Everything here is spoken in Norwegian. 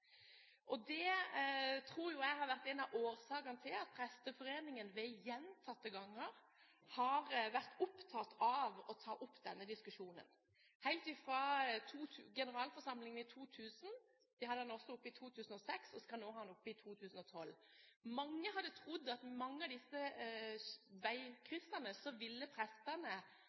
Det tror jeg har vært en av årsakene til at Presteforeningen gjentatte ganger har vært opptatt av å ta opp denne diskusjonen. Helt fra generalforsamlingen i 2000 – vi hadde dette oppe også i 2006 og skal ha det opp i 2012 – hadde mange trodd at ved disse veikryssene ville prestene ha gått for å oppheve boplikten. Det er et signal til oss at prestene